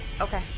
Okay